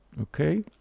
okay